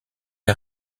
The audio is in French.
les